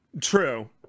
True